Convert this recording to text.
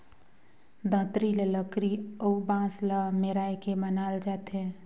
दँतरी ल लकरी अउ बांस ल मेराए के बनाल जाथे